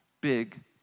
big